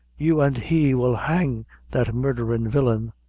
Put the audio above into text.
you an' he will hang that murdherin' villain,